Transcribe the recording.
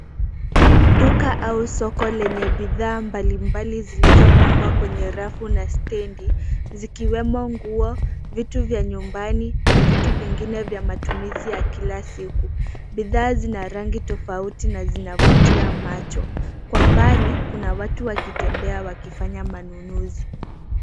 Duka au soko lenye bidhaa mbalimbali zilizopangwa kwenye rafu na stand ,zikiwemo nguo, vitu vya nyumbani na vitu vingine vya matumizi ya kila siku. Bidhaa zina rangi tofauti na zinavutia macho. Kwa mbali, kuna watu wakitembea wakifanya manunuzi.